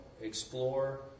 explore